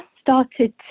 started